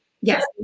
Yes